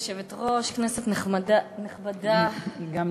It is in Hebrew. כבוד היושבת-ראש, כנסת נחמדה, נכבדה, גם נחמדה.